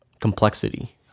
complexity